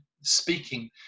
speaking